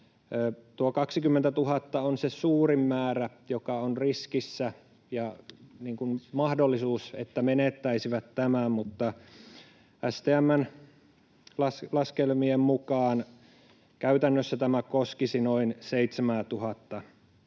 Tuo 20 000 on se suurin määrä, joka on riskissä ja mahdollisuutena, että he menettäisivät tämän, mutta STM:n laskelmien mukaan käytännössä tämä koskisi noin 7 000:ta